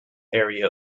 area